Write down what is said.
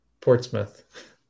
Portsmouth